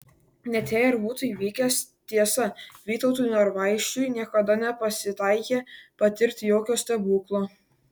net jei ir būtų įvykęs tiesa vytautui norvaišui niekada nepasitaikė patirti jokio stebuklo